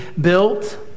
built